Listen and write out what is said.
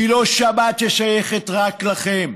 היא לא שבת ששייכת רק לכם,